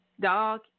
dog